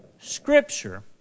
Scripture